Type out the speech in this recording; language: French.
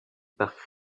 parc